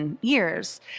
years